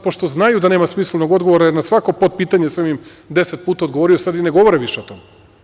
Pošto znaju da nema smislenog odgovora, jer na svako potpitanje sam im deset puta odgovorio, sad i ne govore više o tome.